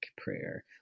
prayer